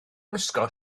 gwisgo